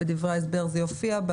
בדברי ההסבר זה יופיע,